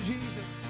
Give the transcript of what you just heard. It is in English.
Jesus